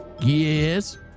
Yes